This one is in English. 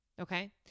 okay